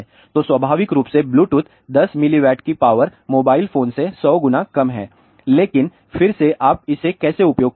तो स्वाभाविक रूप से ब्लूटूथ 10 mW की पावर मोबाइल फोन से 100 गुना कम है लेकिन फिर से आप इसे कैसे उपयोग करते हैं